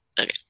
Okay